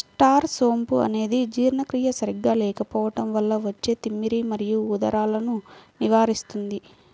star సోంపు అనేది జీర్ణక్రియ సరిగా లేకపోవడం వల్ల వచ్చే తిమ్మిరి మరియు ఉదరాలను నివారిస్తుంది